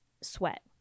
sweat